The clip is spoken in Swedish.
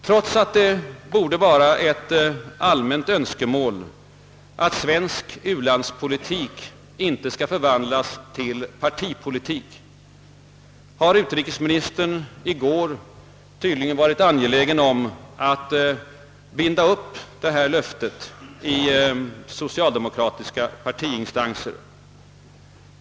Trots att det borde vara ett allmänt önskemål att svensk ulandspolitik inte skall förvandlas till partipolitik, har utrikesministern i går tydligen varit angelägen om att binda upp detta löfte i socialdemokratiska partiinstanser.